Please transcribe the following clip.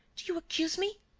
do you accuse me?